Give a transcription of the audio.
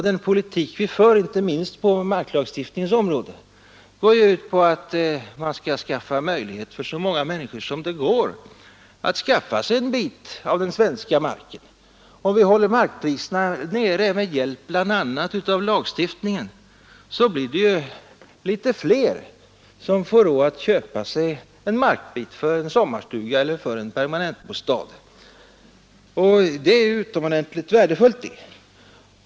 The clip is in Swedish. Den politik vi för inte minst på marklagstiftningens område går ju ut på att man skall ge tillfälle åt så många människor som möjligt att skaffa sig en bit av den svenska marken. Om vi håller markpriserna nere med hjälp bl.a. av lagstiftningen, så blir det litet fler som får råd att köpa sig en markbit för en sommarstuga eller för en permanentbostad. Detta är utomordentligt värdefullt.